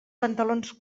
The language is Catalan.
pantalons